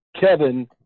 Kevin